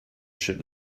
should